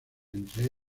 entre